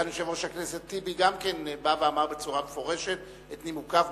סגן יושב-ראש הכנסת טיבי גם כן בא ואמר בצורה מפורשת את נימוקיו,